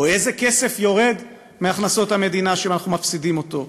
או איזה כסף יורד מהכנסות המדינה ואנחנו מפסידים אותו,